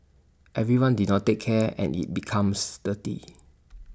everyone did not take care and IT becomes dirty